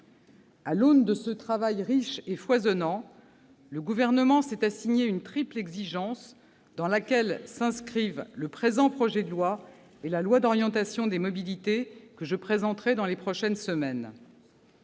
À l'aune de ce travail riche et foisonnant, le Gouvernement s'est assigné une triple exigence à laquelle se soumettent tant le présent texte que le projet de loi d'orientation des mobilités que je présenterai dans les prochaines semaines